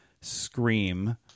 Scream